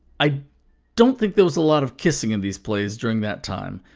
i don't think there was a lot of kissing in these plays during that time.